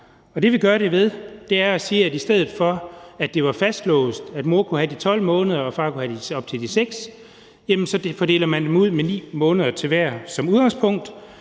Det, vi gør det ved, er at sige: I stedet for at det var fastlåst på den måde, at mor kunne få su i de 12 måneder og far kunne få su i op til de 6 måneder, så fordeler man det nu med 9 måneder til hver som udgangspunkt,